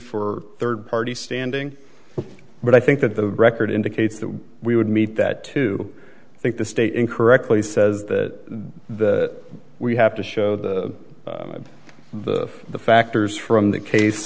for third party standing but i think that the record indicates that we would meet that to think the state incorrectly says that that we have to show the the the factors from the case